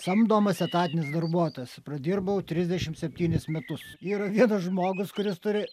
samdomas etatinis darbuotojas pradirbau trisdešimt septynis metus yra vienas žmogus kuris turi